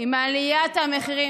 מה את מדברת?